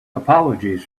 apologies